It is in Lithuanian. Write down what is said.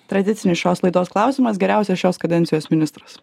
tradicinis šios laidos klausimas geriausias šios kadencijos ministras